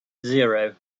zero